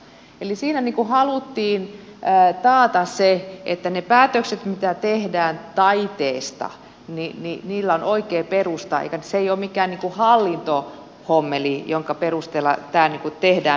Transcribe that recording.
eli siinä haluttiin taata se että niillä päätöksillä mitkä tehdään taiteesta on oikea perusta eikä se ole mikään hallintohommeli jonka perusteella tämä tehdään pelkästään